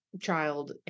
child